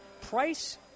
price